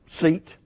seat